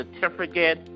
certificate